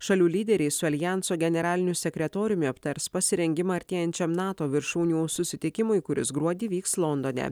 šalių lyderiai su aljanso generaliniu sekretoriumi aptars pasirengimą artėjančiam nato viršūnių susitikimui kuris gruodį vyks londone